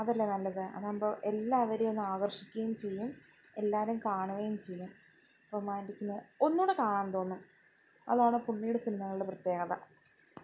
അതല്ലേ നല്ലത് അതാവുമ്പോൾ എല്ലാവരെയൊന്ന് ആകർഷിക്കുകയും ചെയ്യും എല്ലാവരും കാണുകയും ചെയ്യും റൊമാൻ്റിക്കിന് ഒന്നുകൂടി കാണാൻ തോന്നും അതാണ് പുള്ളിയുടെ സിനിമകളുടെ പ്രത്യേകത